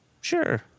Sure